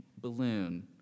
balloon